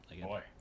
Boy